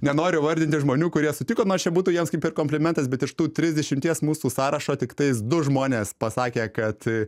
nenoriu vardinti žmonių kurie sutiko nors čia būtų jiems kaip ir komplimentas bet iš tų trisdešimties mūsų sąrašo tiktais du žmonės pasakė kad